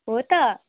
हो त